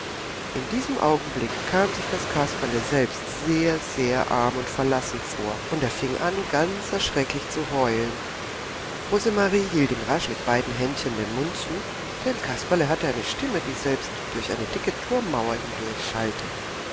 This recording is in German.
in diesem augenblick kam sich das kasperle selbst sehr sehr arm und verlassen vor und er fing an ganz erschrecklich zu heulen rosemarie hielt ihm rasch mit beiden händchen den mund zu denn kasperle hatte eine stimme die selbst durch eine dicke